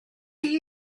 chi